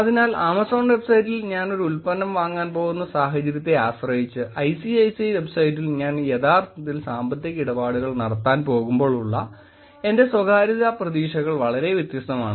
അതിനാൽ ആമസോൺ വെബ്സൈറ്റിൽ ഞാൻ ഒരു ഉൽപ്പന്നം വാങ്ങാൻ പോകുന്ന സാഹചര്യത്തെ ആശ്രയിച്ച് ഐസിഐസിഐ വെബ്സൈറ്റിൽ ഞാൻ യഥാർത്ഥത്തിൽ സാമ്പത്തിക ഇടപാടുകൾ നടത്താൻ പോകുമ്പോൾ ഉള്ള എന്റെ സ്വകാര്യത പ്രതീക്ഷകൾ വളരെ വ്യത്യസ്തമാണ്